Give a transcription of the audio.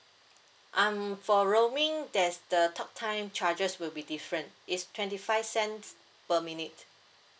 um for roaming there's the talk time charges will be different it's twenty five cents per minute